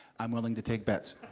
i'm willing to take bets.